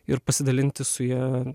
ir pasidalinti su ja